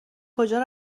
کجا